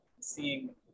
seeing